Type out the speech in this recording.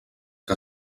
que